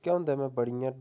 निक्के होंदे में बड़ियां